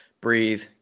breathe